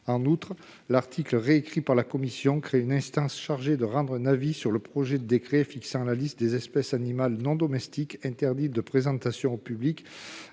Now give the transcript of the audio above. De plus, l'article réécrit par la commission crée une instance chargée de rendre un avis sur le projet de décret fixant la liste des espèces animales non domestiques interdites de présentation au public